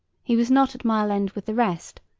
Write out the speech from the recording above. he was not at mile-end with the rest,